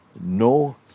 No